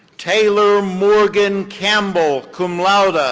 taylor morgan campbell, cum laude. ah